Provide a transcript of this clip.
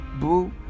boo